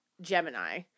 Gemini